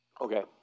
Okay